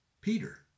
Peter